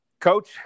Coach